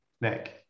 nick